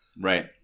right